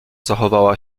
zachowała